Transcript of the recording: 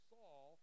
Saul